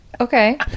Okay